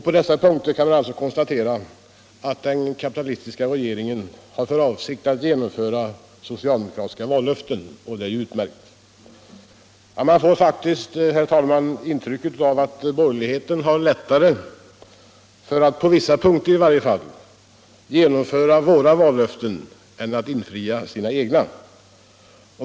På dessa punkter kan man alltså konstatera att den kapitalistiska regeringen har för avsikt att genomföra socialdemokratins vallöften, vilket är utmärkt. Man får faktiskt, herr talman, ett intryck av att borgerligheten har betydligt lättare för att — på vissa punkter i varje fall — genomföra våra vallöften än att infria sina egna.